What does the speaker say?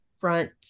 front